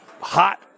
hot